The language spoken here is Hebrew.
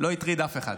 זה לא הטריד אף אחד.